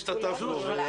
שכולנו השתתפנו.